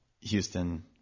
Houston